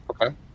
Okay